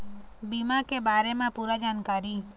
बीमा के बारे म पूरा जानकारी?